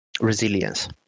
resilience